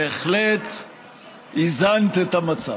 בהחלט איזנת את המצב.